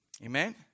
Amen